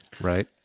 Right